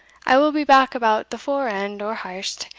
i will be back about the fore-end o'har'st,